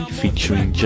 featuring